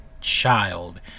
child